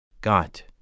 got